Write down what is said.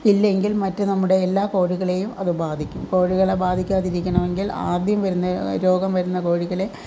ഇല്ലെങ്കിൽ മറ്റ് നമ്മുടെ എല്ലാ കോഴികളെയും അത് ബാധിക്കും കോഴികളെ ബാധിക്കാതിരിക്കണമെങ്കിൽ ആദ്യം വരുന്ന രോഗം വരുന്ന കോഴികളെ